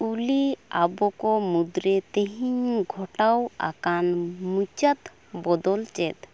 ᱩᱞᱤ ᱟᱵᱚ ᱠᱚ ᱢᱩᱫᱽᱨᱮ ᱛᱤᱦᱤᱧ ᱜᱷᱚᱴᱟᱣ ᱟᱠᱟᱱ ᱢᱩᱪᱟᱫ ᱵᱚᱫᱚᱞ ᱪᱮᱫ